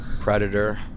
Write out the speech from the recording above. predator